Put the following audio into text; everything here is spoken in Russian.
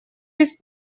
без